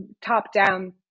top-down